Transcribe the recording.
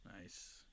Nice